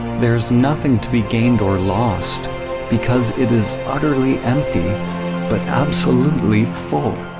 there's nothing to be gained or lost because it is utterly empty but absolutely full.